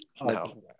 no